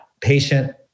patient